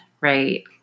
Right